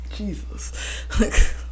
Jesus